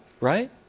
right